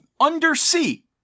undersea